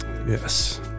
Yes